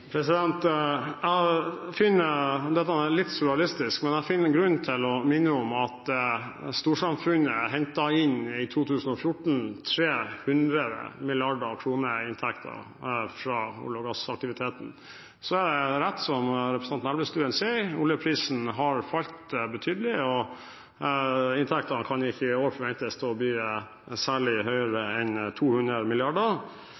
Jeg finner dette litt surrealistisk, men jeg finner grunn til å minne om at storsamfunnet i 2014 hentet inn 300 mrd. kr i inntekter fra olje- og gassaktivitetene. Så er det rett som representanten Elvestuen sier, at oljeprisen har falt betydelig, og inntektene kan ikke i år forventes å bli særlig høyere enn 200